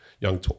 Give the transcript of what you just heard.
young